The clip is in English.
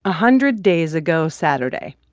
a hundred days ago saturday,